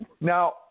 Now